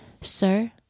Sir